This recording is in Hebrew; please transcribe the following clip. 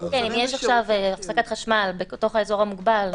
כן, אם יש עכשיו הפסקת חשמל בתוך האזור המוגבל.